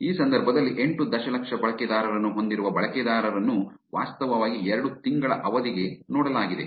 ಈ ಸಂದರ್ಭದಲ್ಲಿ ಎಂಟು ದಶಲಕ್ಷ ಬಳಕೆದಾರರನ್ನು ಹೊಂದಿರುವ ಬಳಕೆದಾರರನ್ನು ವಾಸ್ತವವಾಗಿ ಎರಡು ತಿಂಗಳ ಅವಧಿಗೆ ನೋಡಲಾಗಿದೆ